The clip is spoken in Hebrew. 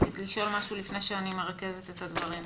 רצית לשאול משהו לפני שאני מרכזת את הדברים?